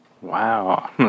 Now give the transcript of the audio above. Wow